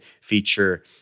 feature